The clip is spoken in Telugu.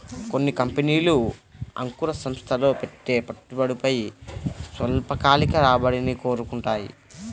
కొన్ని కంపెనీలు అంకుర సంస్థల్లో పెట్టే పెట్టుబడిపై స్వల్పకాలిక రాబడిని కోరుకుంటాయి